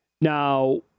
now